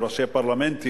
עם ראשי פרלמנטים,